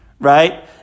right